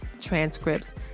transcripts